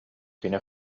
кини